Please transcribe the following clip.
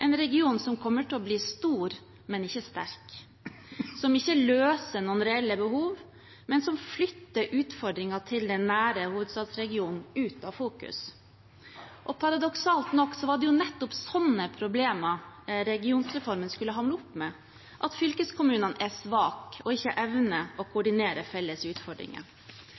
en region som kommer til å bli stor, men ikke sterk, som ikke løser noen reelle behov, men som flytter utfordringene til den nære hovedstadsregionen ut av fokus. Paradoksalt nok var det nettopp slike problemer regionreformen skulle hamle opp med: at fylkeskommunene er svake og ikke evner å koordinere felles utfordringer.